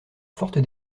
forte